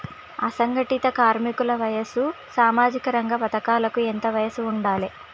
అసంఘటిత కార్మికుల వయసు సామాజిక రంగ పథకాలకు ఎంత ఉండాలే?